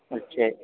ਅੱਛਾ ਜੀ